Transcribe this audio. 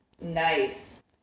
Nice